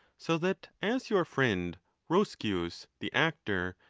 so that as your friend roscius the actor,